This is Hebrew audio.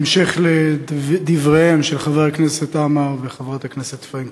בהמשך לדבריהם של חבר הכנסת עמאר וחברת הכנסת פרנקל,